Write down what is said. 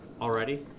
Already